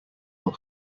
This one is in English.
will